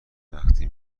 وقتی